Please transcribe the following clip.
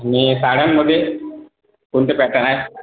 आणि साड्यांमध्ये कोणते प्रकार हाय